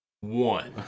one